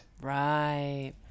Right